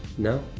no,